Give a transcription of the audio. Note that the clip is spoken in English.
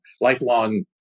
lifelong